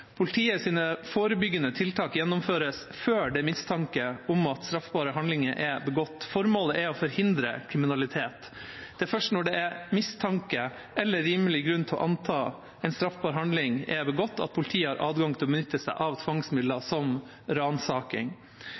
forebyggende tiltak gjennomføres før det er mistanke om at straffbare handlinger er begått. Formålet er å forhindre kriminalitet. Det er først når det er mistanke eller rimelig grunn til å anta at en straffbar handling er begått, at politiet har adgang til å benytte seg av tvangsmidler som ransaking.